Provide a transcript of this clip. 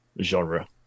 genre